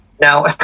Now